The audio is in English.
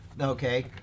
okay